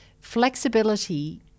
flexibility